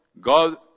God